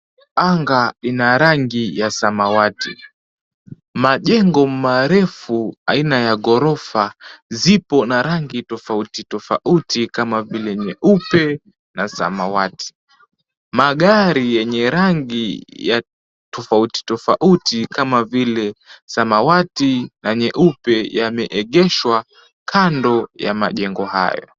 Anga ina rangi ya samawati majengo marefu aina ya ghorofa zipo na rangi tofauti tofauti kama vile nyeupe na samawati. Magari yenye rangi ya tofauti tofauti kama vile samawati na nyeupe yameegeshwa kando ya majengo hayo.